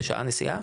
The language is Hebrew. זה שעה נסיעה.